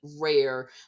rare